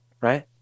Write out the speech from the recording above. right